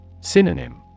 Synonym